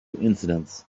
incidents